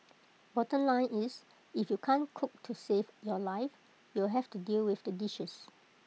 bottom line is if you can't cook to save your life you'll have to deal with the dishes